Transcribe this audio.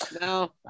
No